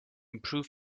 improve